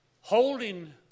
holding